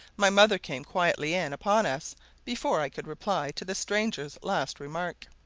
my mother came quietly in upon us before i could reply to the stranger's last remark,